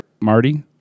Marty